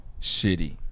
Shitty